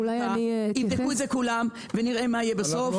יבדקו ונראה מה יהיה בסוף.